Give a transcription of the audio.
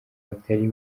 batari